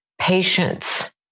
patience